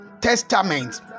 Testament